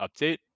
update